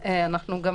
ובנוסף,